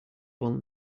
will